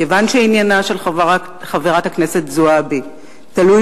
כיוון שעניינה של חברת הכנסת זועבי תלוי